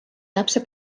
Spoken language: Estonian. täpse